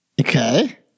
Okay